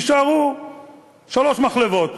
ויישארו שלוש מחלבות,